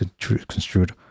construed